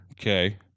Okay